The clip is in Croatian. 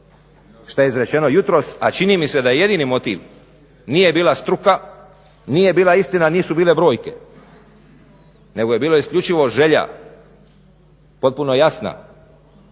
što je izrečeno jutros, a čini mi se da je jedini motiv nije bila struka, nije bila istina, nisu bile brojke, nego je bilo isključivo želja, potpuno jasna